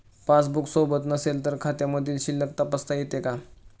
Passbook सोबत नसेल तर खात्यामधील शिल्लक तपासता येते का?